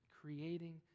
creating